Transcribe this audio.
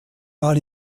mal